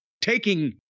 taking